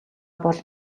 бол